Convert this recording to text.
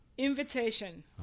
invitation